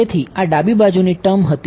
તેથી આ ડાબી બાજુ ની ટર્મ હતી